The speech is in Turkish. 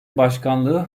başkanlığı